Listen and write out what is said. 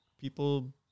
people